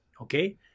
Okay